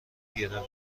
گرفت